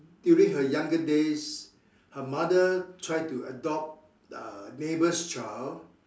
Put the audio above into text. during her younger days her mother try to adopt uh neighbour's child